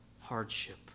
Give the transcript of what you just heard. hardship